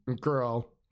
girl